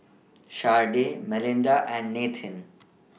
Sharde Melinda and Nathen